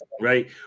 right